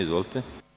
Izvolite.